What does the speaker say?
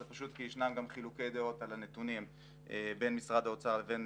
זה פשוט כי ישנם גם חילוקי דעות על הנתונים בין משרד האוצר לבין